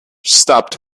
stopped